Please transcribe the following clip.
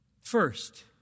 First